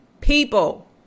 people